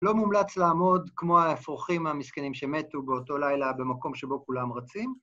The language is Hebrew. לא מומלץ לעמוד כמו הפרוחים המסכנים שמתו באותו לילה במקום שבו כולם רצים?